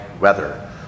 weather